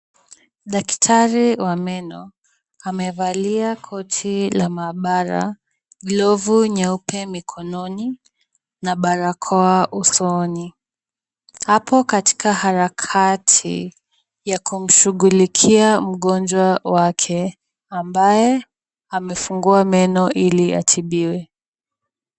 Daktari wa meno, amevalia koti la maabara, glovu nyeupe mikononi, na barakoa usoni. Apo katika harakati ya kumshughulikia mgonjwa wake, ambaye amefungua meno ili atibiwe.